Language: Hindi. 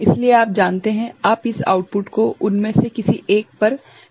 इसलिए आप जानते हैं आप इस आउटपुट को उनमें से किसी एक पर ले जा रहे हैं